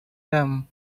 them